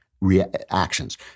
reactions